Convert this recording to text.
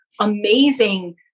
amazing